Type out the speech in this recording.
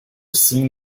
seen